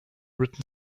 written